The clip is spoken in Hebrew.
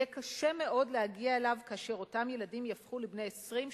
יהיה קשה מאוד להגיע אליו כאשר אותם ילדים יהפכו לבני 20,